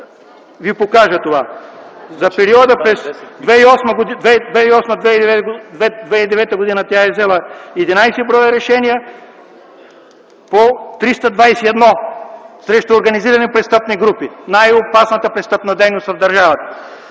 комисия. За периода 2008-2009 г. тя е взела 11 броя решения по 321 срещу организирани престъпни групи – най-опасната престъпна дейност в държавата.